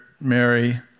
Mary